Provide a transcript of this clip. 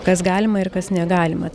kas galima ir kas negalima